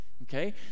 Okay